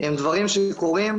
הם דברים שקורים.